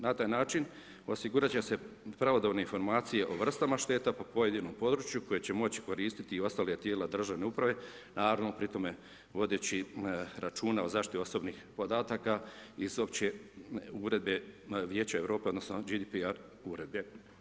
Na taj način osigurat će se pravodobne informacije o vrstama šteta po pojedinom području koje će moći koristiti i ostala tijela državne uprave, naravno pri tome vodeći računa o zaštiti osobnih podataka iz opće uredbe vijeća Europe, odnosno GDP uredbe.